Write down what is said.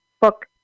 book